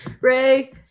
Ray